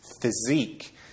physique